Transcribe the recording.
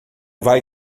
vai